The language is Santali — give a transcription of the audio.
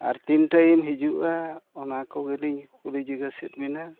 ᱟᱨ ᱛᱤᱱ ᱴᱟᱹᱭᱤᱢ ᱨᱮ ᱦᱤᱡᱩᱜᱼᱟ ᱚᱱᱟ ᱠᱚ ᱡᱩᱫᱤ ᱠᱩᱞᱤ ᱡᱤᱜᱟᱹᱥᱮᱜ ᱵᱤᱱᱟ